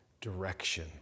direction